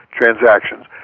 transactions